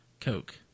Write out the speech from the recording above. Coke